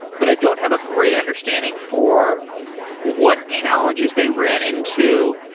but i don't have a great understanding for what challenges they ran into,